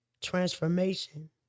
transformation